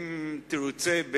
אם תרצה,